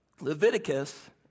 Leviticus